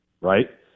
right